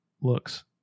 looks